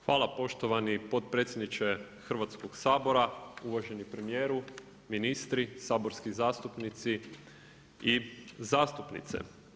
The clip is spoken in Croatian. Hvala poštovani potpredsjedniče Hrvatskoga sabora, uvaženi premijeru, ministri, saborski zastupnici i zastupnice.